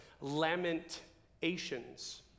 lamentations